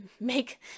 make